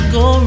go